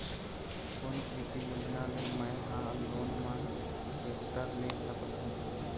कोन कृषि योजना ले मैं हा लोन मा टेक्टर ले सकथों?